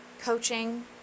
coaching